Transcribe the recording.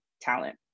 talent